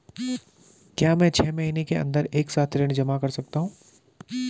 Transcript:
क्या मैं छः महीने के अन्दर एक साथ ऋण जमा कर सकता हूँ?